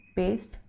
paste,